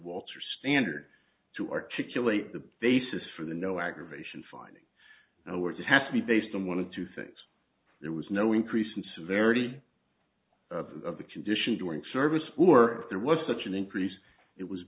walter standard to articulate the basis for the no aggravation finding no words have to be based on one of two things there was no increase in severity of the condition during service poor there was such an increase it was